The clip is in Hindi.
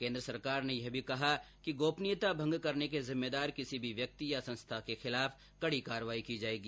केन्द्र सरकार ने यह भी कहा है कि गोपनीयता भंग करने के जिम्मेदार किसी भी व्यक्ति या संस्था के खिलाफ कड़ी कार्रवाई की जाएगी